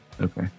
Okay